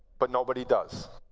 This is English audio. but nobody does.